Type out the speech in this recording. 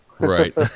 Right